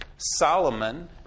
Solomon